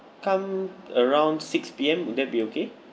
come around six P_M will that be okay